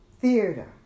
theater